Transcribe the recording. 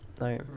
no